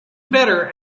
better